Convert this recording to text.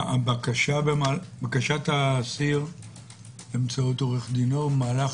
בקשת האסיר באמצעות עורך דינו במהלך